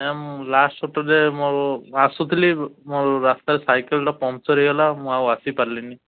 ଆଜ୍ଞା ମୁଁ ଲାଷ୍ଟ ମୋର ଆସୁଥିଲି ମୋର ରାସ୍ତାରେ ସାଇକେଲଟା ପମ୍ପଚର୍ ହେଇଗଲା ମୁଁ ଆଉ ଆସିପାରିଲିନି